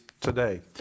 today